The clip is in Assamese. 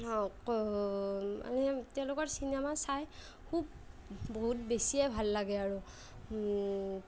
মানে তেওঁলোকৰ চিনেমা চাই খুব বহুত বেছিয়ে ভাল লাগে আৰু